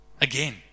Again